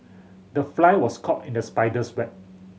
the fly was caught in the spider's web